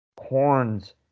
horns